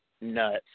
nuts